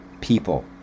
people